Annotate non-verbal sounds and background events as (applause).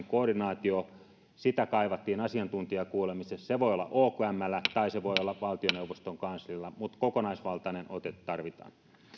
(unintelligible) koordinaatiota kaivattiin asiantuntijakuulemisissa se voi olla okmllä tai se voi olla valtioneuvoston kanslialla mutta kokonaisvaltainen ote tarvitaan